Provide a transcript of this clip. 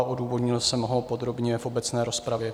Odůvodnil jsem ho podrobně v obecné rozpravě.